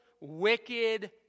wicked